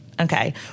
Okay